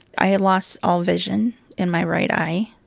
i lost all vision in my right eye.